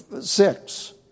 six